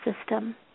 system